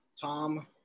Tom